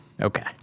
Okay